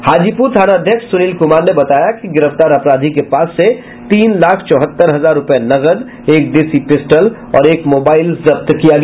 हाजीपुर थानाध्यक्ष सुनील कुमार ने बताया की गिरफ्तार अपराधी के पास से तीन लाख चौहत्तर हजार रुपये नकद एक देशी पिस्टल और एक मोबाइल को जब्त किया गया